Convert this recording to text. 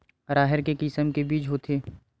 राहेर के किसम के बीज होथे?